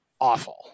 awful